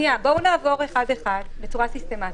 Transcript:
בואו נעבור אחד-אחד בצורה סיסטמתית.